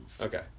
Okay